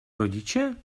rodiče